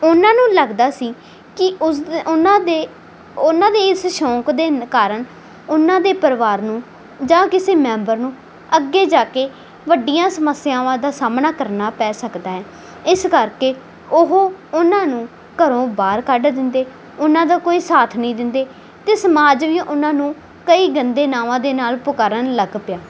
ਉਨ੍ਹਾਂ ਨੂੰ ਲੱਗਦਾ ਸੀ ਕੀ ਉਸ ਉਨ੍ਹਾਂ ਦੇ ਉਨ੍ਹਾਂ ਦੇ ਇਸ ਸ਼ੌਂਕ ਦੇ ਕਾਰਨ ਉਨ੍ਹਾਂ ਦੇ ਪਰਿਵਾਰ ਨੂੰ ਜਾਂ ਕਿਸੇ ਮੈਂਬਰ ਨੂੰ ਅੱਗੇ ਜਾ ਕੇ ਵੱਡੀਆਂ ਸਮੱਸਿਆਵਾਂ ਦਾ ਸਾਮਣਾ ਕਰਨਾ ਪੈ ਸਕਦਾ ਹੈ ਇਸ ਕਰਕੇ ਉਹ ਉਨ੍ਹਾਂ ਨੂੰ ਘਰੋਂ ਬਾਹਰ ਕੱਡ ਦਿੰਦੇ ਉਨ੍ਹਾਂ ਦਾ ਕੋਈ ਸਾਥ ਨੀ ਦਿੰਦੇ ਤੇ ਸਮਾਜ ਨੇ ਉਨ੍ਹਾਂ ਨੂੰ ਕਈ ਗੰਦੇ ਨਾਵਾਂ ਦੇ ਨਾਲ ਪੁਕਾਰਨ ਲੱਗ ਪਿਆ